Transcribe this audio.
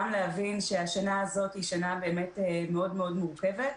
להבין שהשנה הזאת היא שנה באמת מאוד מורכבת.